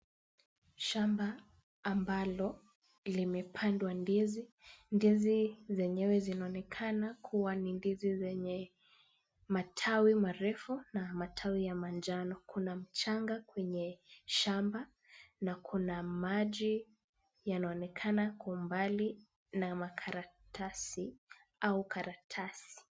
Shamba ambalo limepandwa ndizi, ndizi zenyewe zinaonekana kuwa ni ndizi zenye matawi marefu na matawi ya manjano. Kuna mchanga kwenye shamba na kuna maji yanaonekana kwa umbali na makaratasi au karatasi.